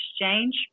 exchange